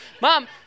mom